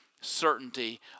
certainty